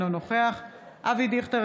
אינו נוכח אבי דיכטר,